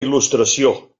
il·lustració